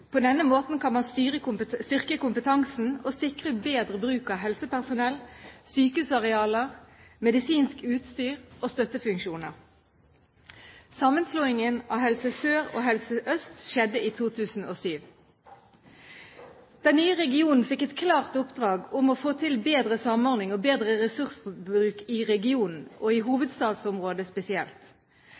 På denne måten kan man styrke kompetansen og sikre bedre bruk av helsepersonell, sykehusarealer, medisinsk utstyr og støttefunksjoner. Sammenslåingen av Helse Sør og Helse Øst skjedde i 2007. Den nye regionen fikk et klart oppdrag om å få til bedre samordning og bedre ressursbruk – i hovedstadsområdet spesielt.